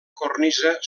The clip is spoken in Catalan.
cornisa